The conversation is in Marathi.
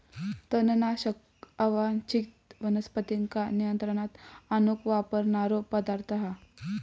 तणनाशक अवांच्छित वनस्पतींका नियंत्रणात आणूक वापरणारो पदार्थ हा